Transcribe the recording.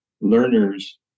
learners